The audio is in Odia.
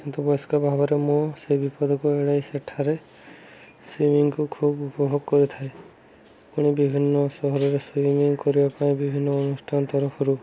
କିନ୍ତୁ ବୟସ୍କ ଭାବରେ ମୁଁ ସେ ବିପଦକୁ ଏଡ଼ାଇ ସେଠାରେ ସୁଇମିଂକୁ ଖୁବ୍ ଉପଭୋଗ କରିଥାଏ ପୁଣି ବିଭିନ୍ନ ସହରରେ ସୁଇମିଂ କରିବା ପାଇଁ ବିଭିନ୍ନ ଅନୁଷ୍ଠାନ ତରଫରୁ